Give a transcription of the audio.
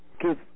give